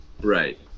Right